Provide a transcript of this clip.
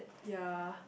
ya